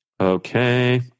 Okay